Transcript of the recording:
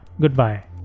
Goodbye